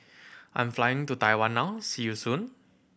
I'm flying to Taiwan now see you soon